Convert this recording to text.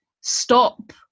stop